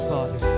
Father